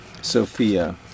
Sophia